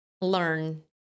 learn